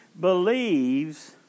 believes